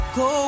go